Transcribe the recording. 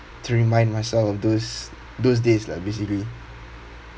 to remind myself of those those days lah basically